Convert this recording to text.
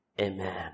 Amen